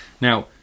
Now